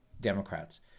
Democrats